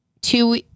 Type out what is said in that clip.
two